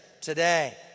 today